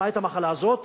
למעט המחלה הזאת,